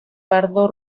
pardo